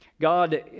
God